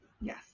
Yes